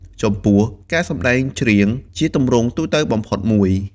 ចំពោះ ការសម្ដែងច្រៀង ជាទម្រង់ទូទៅបំផុតមួយ។